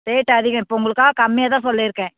rate அதிகம் இப்போ உங்களுக்காக கம்மியாகதான் சொல்லியிருக்கேன்